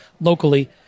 locally